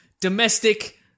Domestic